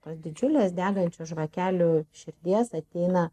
tos didžiulės degančių žvakelių širdies ateina